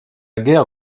guerre